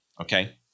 okay